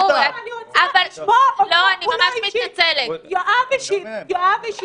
הוא לא השיב, יואב השיב.